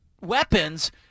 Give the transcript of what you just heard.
weapons